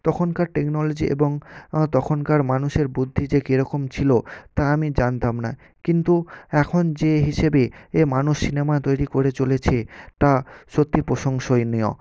তখনকার টেকনোলজি এবং তখনকার মানুষের বুদ্ধি যে কিরকম ছিল তা আমি জানতাম না কিন্তু এখন যে হিসেবে এ মানুষ সিনেমা তৈরি করে চলেছে তা সত্যি প্রশংসনীয়